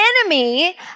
enemy